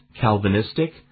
Calvinistic